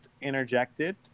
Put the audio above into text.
interjected